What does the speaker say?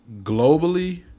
Globally